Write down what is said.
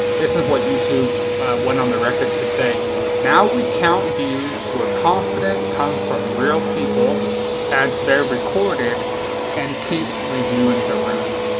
this is what youtube went on record to say now we count views we're confident come from real people as they're recorded and keep reviewing the rest.